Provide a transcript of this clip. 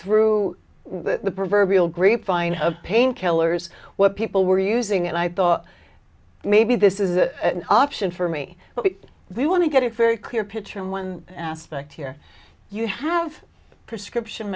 through the proverbial grapevine of painkillers what people were using and i thought maybe this is an option for me but we want to get it very clear picture in one aspect here you have prescription